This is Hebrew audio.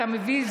אתה מביא,